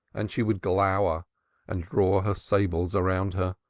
and she would glower and draw her sables around her,